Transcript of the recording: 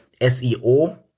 SEO